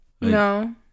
No